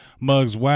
Mugs